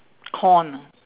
corn